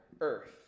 earth